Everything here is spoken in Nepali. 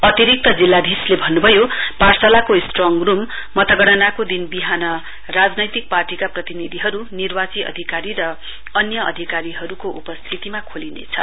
अतिरिक्त जिल्लाधीशले भन्नुभयो पाठशालाको स्ट्रङ रुम मतगणनाको दिन विहान राजनैतिक पार्टीका प्रतिनिधिहरु निर्वाची अधिकारी र अन्य अधिकारीहरुको उपस्थितीमा खोलिनेछ